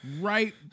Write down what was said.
right